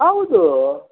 ಹೌದು